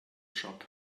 shop